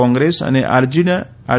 કોંગ્રેસ અને આર